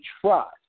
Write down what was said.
trust